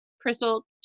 Crystal